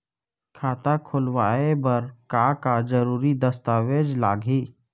खाता खोलवाय बर का का जरूरी दस्तावेज लागही?